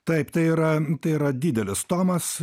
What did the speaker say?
taip tai yra tai yra didelis tomas